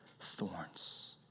thorns